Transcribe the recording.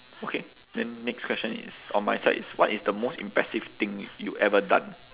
okay then next question is on my side is what is the most impressive thing you ever done